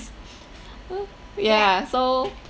oo yeah so